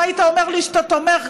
אם היית אומר לי שאתה תומך,